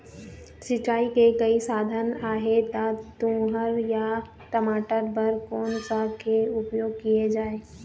सिचाई के कई साधन आहे ता तुंहर या टमाटर बार कोन सा के उपयोग किए जाए?